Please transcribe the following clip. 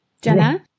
Jenna